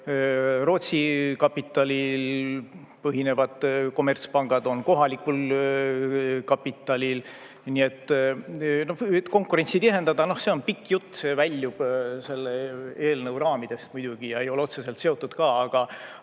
Rootsi kapitalil põhinevad kommertspangad, on kohalikul kapitalil, et konkurentsi tihendada, noh, see on pikk jutt ja see väljub selle eelnõu raamidest muidugi ja ei ole otseselt sellega